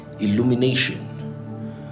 illumination